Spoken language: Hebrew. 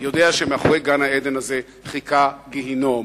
יודע שמאחורי גן-עדן הזה חיכה גיהינום.